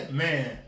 man